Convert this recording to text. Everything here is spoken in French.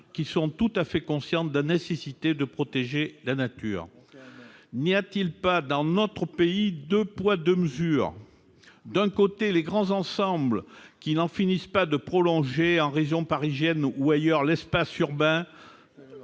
qui sont tout à fait conscients de la nécessité de protéger la nature. N'y a-t-il pas dans notre pays deux poids, deux mesures ? D'un côté, de grands ensembles n'en finissent pas de prolonger, en région parisienne ou ailleurs, l'espace urbain